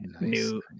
new